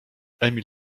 emil